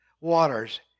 waters